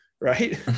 Right